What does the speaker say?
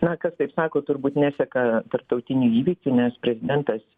na kas taip sako turbūt neseka tarptautinių įvykių nes prezidentas